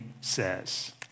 says